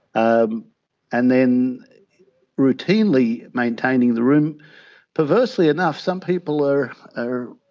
um and then routinely maintaining the room perversely enough some people are are